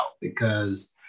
because-